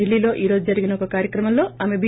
దిల్లీలో ఈ రోజు జరిగిన ఒక కార్యక్రమంలో ఆమె బి